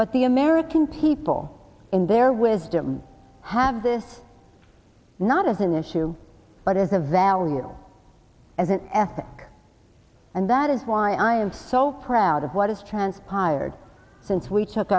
but the american people in their wisdom have this not as an issue but as a value as an ethic and that is why i am so proud of what has transpired since we took